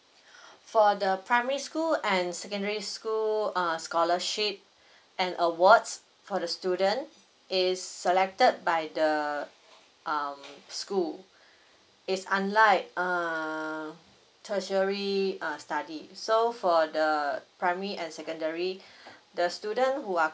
for the primary school and secondary school err scholarship and awards for the student is selected by the um school it's unlike err tertiary study so for the primary and secondary the student who are